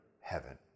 heaven